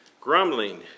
grumbling